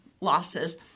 losses